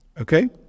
okay